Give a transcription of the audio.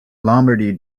lombardy